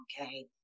okay